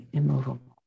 immovable